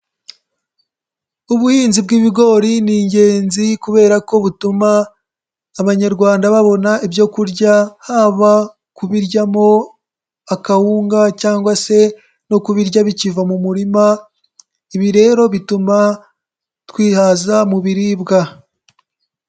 Ubuhinzi bw'ibigori ni ingenzi kubera ko butuma Abanyarwanda babona ibyo kurya haba kubiryamo akawunga cyangwa se no kubirya bikiva mu murima, ibi rero bituma twihaza mu biribwa.